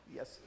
Yes